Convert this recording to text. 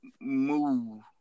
move